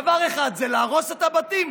דבר אחד זה להרוס את הבתים,